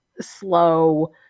slow